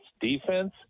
defense